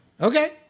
Okay